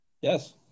Yes